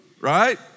Right